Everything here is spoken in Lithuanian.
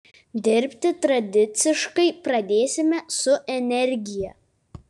dirbti tradiciškai pradėsime su energija